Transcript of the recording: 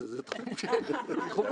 אני רוצה להודות לכל כך הרבה אנשים.